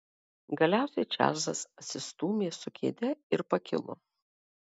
galiausiai čarlzas atsistūmė su kėde ir pakilo